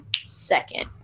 second